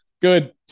good